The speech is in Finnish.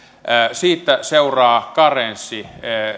siitä seuraa karenssi